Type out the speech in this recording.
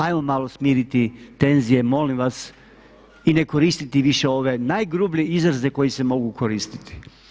Ajmo malo smiriti tenzije molim vas i ne koristiti više ove najgrublje izraze koji se mogu koristiti.